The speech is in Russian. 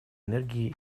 энергии